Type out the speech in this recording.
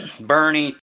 Bernie